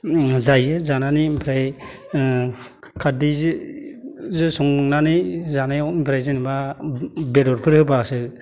जायो जानानै ओमफ्राय खारदैजों संनानै जानायाव ओमफ्राय जेनेबा बेदरफोर होबासो